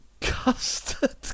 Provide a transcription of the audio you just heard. Custard